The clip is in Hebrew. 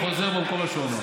לא, אתה תחזור בך ממה שאמרת.